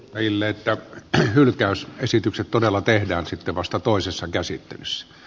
rille että hylkäys esitykset todella tehdään sitten vasta toisessa käsin s